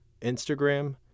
Instagram